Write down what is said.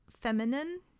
feminine